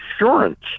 insurance